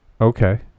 Okay